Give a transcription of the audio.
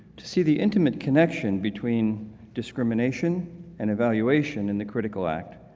to see the intimate connection between discrimination and evaluation in the critical act,